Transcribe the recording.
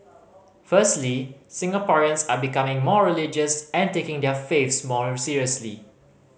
firstly Singaporeans are becoming more religious and taking their faiths more seriously